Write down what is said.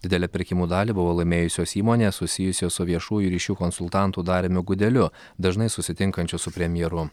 didelę pirkimų dalį buvo laimėjusios įmonės susijusios su viešųjų ryšių konsultantu dariumi gudeliu dažnai susitinkančiu su premjeru